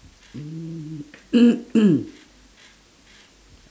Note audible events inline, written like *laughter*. mm *coughs*